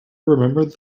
remembered